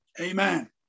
Amen